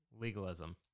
legalism